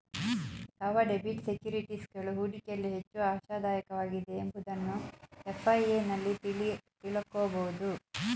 ಯಾವ ಡೆಬಿಟ್ ಸೆಕ್ಯೂರಿಟೀಸ್ಗಳು ಹೂಡಿಕೆಯಲ್ಲಿ ಹೆಚ್ಚು ಆಶಾದಾಯಕವಾಗಿದೆ ಎಂಬುದನ್ನು ಎಫ್.ಐ.ಎ ನಲ್ಲಿ ತಿಳಕೋಬೋದು